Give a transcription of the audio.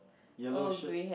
yellow shirt